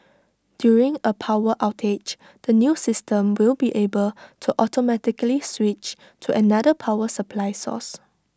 during A power outage the new system will be able to automatically switch to another power supply source